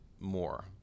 more